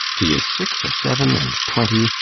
he is six or seven and twenty,